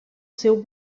seu